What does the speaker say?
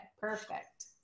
Perfect